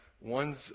One's